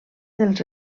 dels